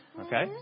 okay